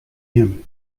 him